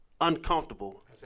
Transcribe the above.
Uncomfortable